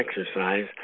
exercise